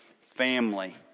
family